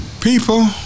people